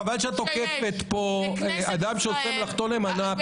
חבל שאת תוקפת פה אדם שעושה את מלאכתו נאמנה.